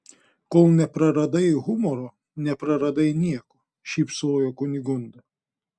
kol nepraradai humoro nepraradai nieko šypsojo kunigunda